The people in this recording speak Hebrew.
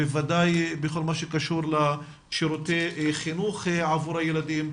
בוודאי בכל מה שקשור בשירותי החינוך לאותם הילדים,